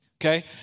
Okay